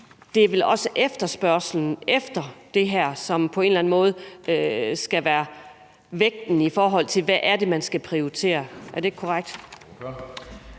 at det vel også er efterspørgslen efter det her, som på en eller anden måde skal være vægten, i forhold til hvad det er, man skal prioritere. Er det ikke korrekt?